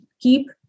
keep